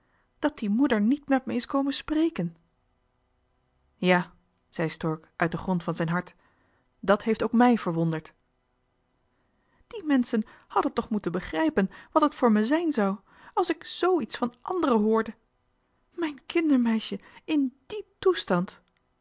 dat die moeder niet met me is komen spreken ja zei stork uit den grond van zijn hart dat heeft ook mij verwonderd die menschen hadden toch moeten begrijpen wat het voor me zijn zou als ik zoo iets van anderen hoorde mijn kindermeisje in die toestand